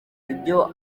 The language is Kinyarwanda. ibyo